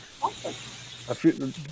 Awesome